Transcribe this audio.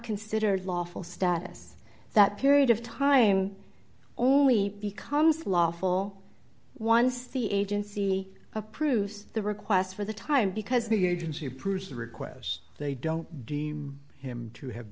considered lawful status that period of time only becomes lawful once the agency approves the request for the time because the agency approves the requests they don't deem him to have